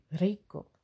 rico